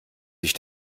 sich